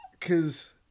Cause